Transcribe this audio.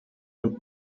und